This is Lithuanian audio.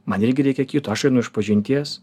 man irgi reikia kito aš einu išpažinties